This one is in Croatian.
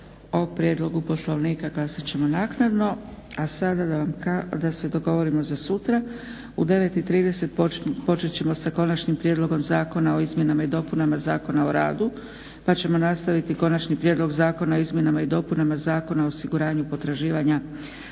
O prijedlogu Poslovnika glasat ćemo naknadno. A sada da se dogovorimo za sutra. U 9,30 počet ćemo sa Konačnim prijedlogom zakona o izmjenama i dopunama Zakona o radu, pa ćemo nastaviti Konačni prijedlog zakona o izmjenama i dopunama Zakona o osiguranju potraživanja radnika